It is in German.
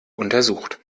untersucht